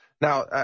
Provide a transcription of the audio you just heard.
Now